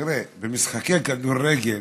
תראה, במשחקי כדורגל